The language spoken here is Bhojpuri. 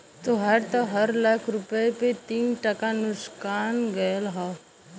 तोहार त हर लाख रुपया पे तीन टका नुकसान गयल हौ